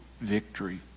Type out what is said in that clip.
victory